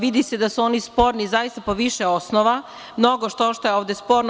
Vidi se da su oni sporni, zaista po više osnova, mnogo što šta je ovde sporno.